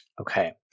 okay